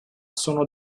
sono